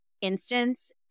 instance